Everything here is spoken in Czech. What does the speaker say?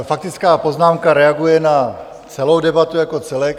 Faktická poznámka reaguje na celou debatu jako celek.